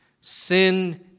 Sin